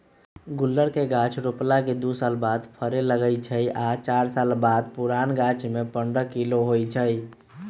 गुल्लर के गाछ रोपला के दू साल बाद फरे लगैए छइ आ चार पाच साल पुरान गाछमें पंडह किलो होइ छइ